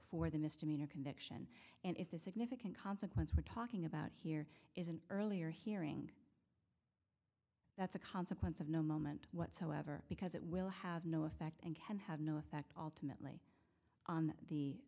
for the misdemeanor conviction and if the significant consequences were talking about here is an earlier hearing that's a consequence of no moment whatsoever because it will have no effect and can have no effect alternately on the